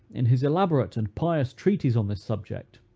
in his elaborate and pious treatise on this subject,